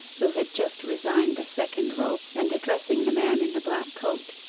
who had just resigned the second rope, and addressing the man in the black coat.